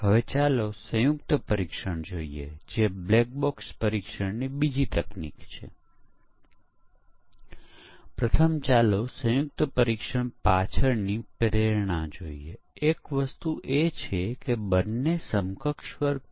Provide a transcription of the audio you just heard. આપણે કહ્યું હતું કે જ્યારે જંતુઓ ઉપદ્રવ કરે છે ખેડૂત જંતુનાશકોથી તેને મારે છે પરંતુ તે પછી પણ અમુક જંતુઓ અસ્તિત્વ ધરાવે છે તે જંતુઓને જંતુનાશક પ્રત્યે પ્રતિકાર શક્તિ વિકાસી હોવાથી એ સમાન જંતુનાશક તેમને વધુ અસરકારક નથી આપણે જંતુનાશકના અન્ય પ્રકારની જરૂર છે